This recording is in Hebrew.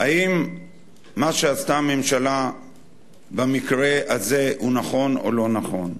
אם מה שעשתה הממשלה במקרה הזה הוא נכון או לא נכון.